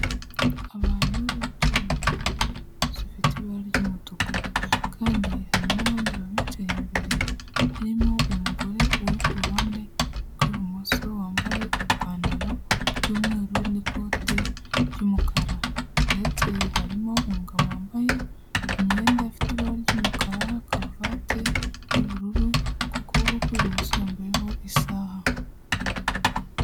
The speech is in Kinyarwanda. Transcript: Abantu bicaye mu ntebe zifite ibara ry'umutuku kandi hari n'abandi babicaye imbere, harimo umugore uri ku ruhande rw'ibumoso wambaye ipantaro y'umweru n'ikote ry'umukara ndetse harimo umugabo wambaye imyenda ifite ibara ry'umukara, karuvati y'ubururu, ku kuboko kw'ibumoso yambayeho isaha.